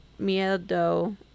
miedo